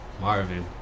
Marvin